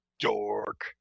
Dork